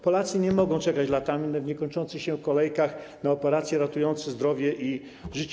Polacy nie mogą czekać latami w niekończących się kolejkach na operacje ratujące zdrowie i życie.